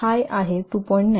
हाय आहे 2